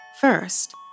First